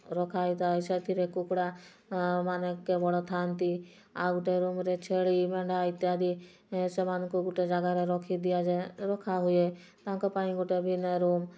ରଖାଯାଇଥାଏ ସେଥିରେ କୁକୁଡ଼ା ମାନେ କେବଳ ଥାନ୍ତି ଆଉ ଗୋଟେ ରୁମ୍ରେ ଛେଳି ମେଣ୍ଢା ଇତ୍ୟାଦି ସେମାନଙ୍କୁ ଗୋଟେ ଜାଗରେ ରଖିଦିଆଯାଏ ରଖାହୁଏ ତାଙ୍କ ପାଇଁ ଗୋଟେ ବି ରୁମ୍